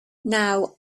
now